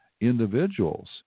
individuals